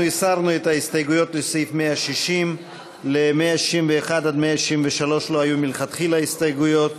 אנחנו הסרנו את ההסתייגויות לסעיף 160. ל-161 163 לא היו מלכתחילה הסתייגויות.